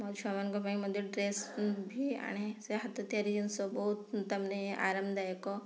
ମୋ ଛୁଆ ମାନଙ୍କ ପାଇଁ ମଧ୍ୟ ଡ୍ରେସ୍ ବି ଆଣେ ସେ ହାତ ତିଆରି ଜିନିଷ ବହୁତ ତାମାନେ ଆରମ୍ ଦାୟକ